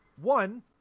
one